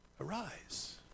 arise